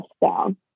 down